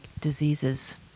diseases